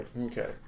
Okay